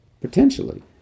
potentially